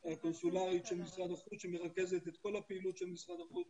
הקונסולרית של משרד החוץ שמרכזת את כל הפעילות של משרד החוץ